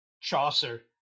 Chaucer